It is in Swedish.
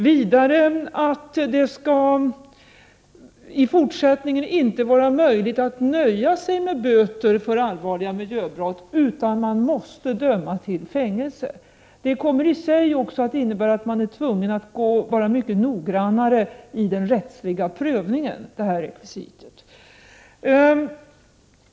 Vidare skall det i fortsättningen inte vara möjligt att nöja sig med böter för allvarliga miljöbrott, utan man måste döma till fängelse. Det kommer i sin tur att innebära att man är tvungen att vara mycket noggrannare vid den rättsliga prövningen av detta rekvisit.